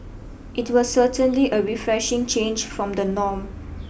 it was certainly a refreshing change from the norm